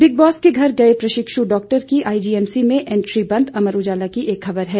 big Boss के घर गए प्रशिक्ष् डॉक्टर की आईजीएमसी में एंटरी बंद अमर उजाला की एक खबर है